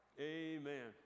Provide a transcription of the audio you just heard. amen